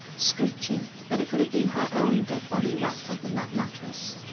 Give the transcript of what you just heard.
screeching that it could have been her own dead body wrapped up in that mattress.